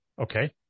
Okay